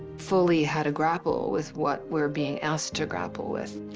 fully how to grapple with what we're being asked to grapple with.